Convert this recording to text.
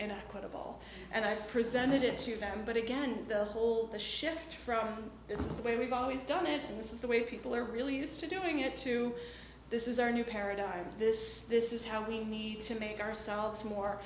credible and i presented it to them but again the whole the shift from this is the way we've always done it and this is the way people are really used to doing it too this is our new paradigm this this is how we need to make ourselves more